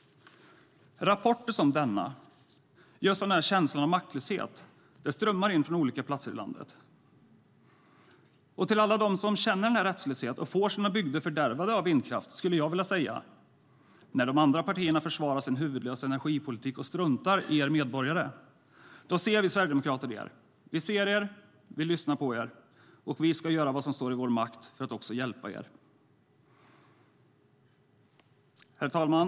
Rapporter som denna, just om känslan av maktlöshet, strömmar in från olika platser i landet. Till alla dem som känner denna rättslöshet och får sina bygder fördärvade av vindkraft skulle jag vilja säga: När de andra partierna försvarar sin huvudlösa energipolitik och struntar i er medborgare ser vi sverigedemokrater er. Vi ser er och vi lyssnar på er. Vi ska göra vad som står i vår makt för att också hjälpa er. Herr talman!